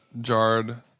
jarred